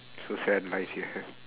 so sad life you have